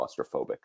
claustrophobic